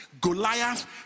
Goliath